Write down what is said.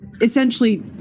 essentially